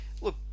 look